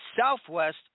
southwest